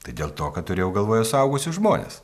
tai dėl to kad turėjau galvoje suaugusius žmones